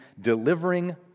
delivering